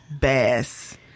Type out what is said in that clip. bass